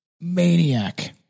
maniac